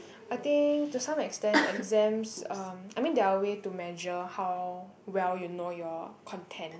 I think to some extent exams um I mean they are a way to measure how well you know your content